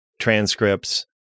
transcripts